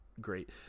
great